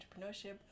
entrepreneurship